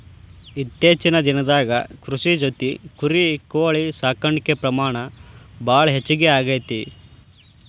ಇತ್ತೇಚಿನ ದಿನದಾಗ ಕೃಷಿ ಜೊತಿ ಕುರಿ, ಕೋಳಿ ಸಾಕಾಣಿಕೆ ಪ್ರಮಾಣ ಭಾಳ ಹೆಚಗಿ ಆಗೆತಿ